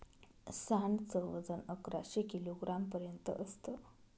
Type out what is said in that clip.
सांड च वजन अकराशे किलोग्राम पर्यंत असत